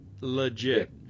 legit